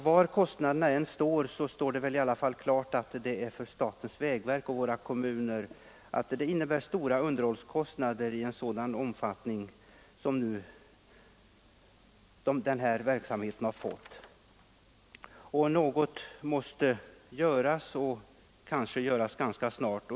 Var kostnaderna än ligger står det väl klart att det för statens vägverk och för kommunerna innebär stora underhållskostnader i en sådan omfattning att något måste göras och göras ganska snart.